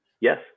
Yes